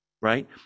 right